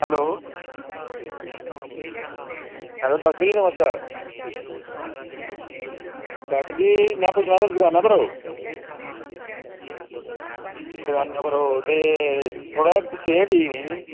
hello हां doctor जी नमस्कार डाक्टर जी में पुछनां हा तुस दकानां पर हो दकानां पर हो ते थोह्ड़ी जी सेह्त ठीक नेंई ही